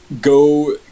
go